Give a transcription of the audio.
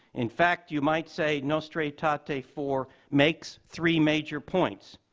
in fact, you might say nostra aetate ah aetate four makes three major points.